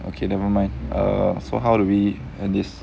okay never mind err so how do we end this